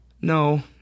No